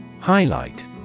Highlight